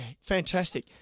fantastic